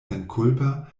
senkulpa